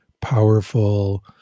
powerful